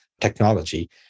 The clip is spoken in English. technology